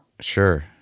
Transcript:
Sure